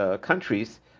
countries